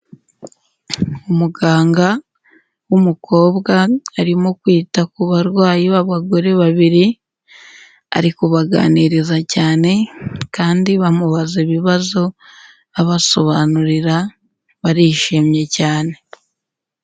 Umuganga w'umukobwa arimo kwita ku barwayi b'abagore babiri, ari kubabaganiriza cyane kandi bamubaza ibibazo abasobanurira, barishimye cyane.